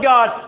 God